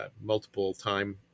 multiple-time